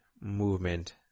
movement